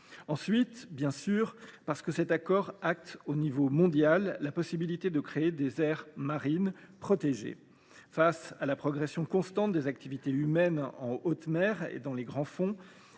saluée. En outre, cet accord acte à l’échelle mondiale la possibilité de créer des aires marines protégées. Face à la progression constante des activités humaines en haute mer et dans les grands fonds,